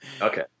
Okay